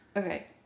Okay